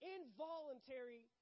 Involuntary